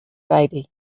baby